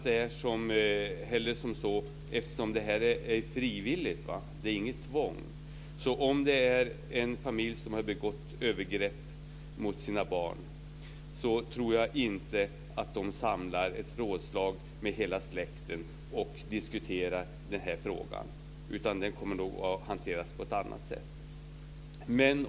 Det här är frivilligt. Det är inget tvång. Om det är en familj där man har begått övergrepp mot sina barn tror jag inte att man samlar ett rådslag med hela släkten och diskuterar den frågan. Den kommer nog att hanteras på ett annat sätt.